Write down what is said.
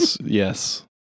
yes